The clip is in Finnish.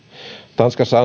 tanskassa